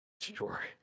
Sure